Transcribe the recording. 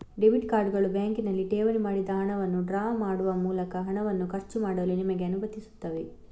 debit ಕಾರ್ಡುಗಳು ಬ್ಯಾಂಕಿನಲ್ಲಿ ಠೇವಣಿ ಮಾಡಿದ ಹಣವನ್ನು ಡ್ರಾ ಮಾಡುವ ಮೂಲಕ ಹಣವನ್ನು ಖರ್ಚು ಮಾಡಲು ನಿಮಗೆ ಅನುಮತಿಸುತ್ತವೆ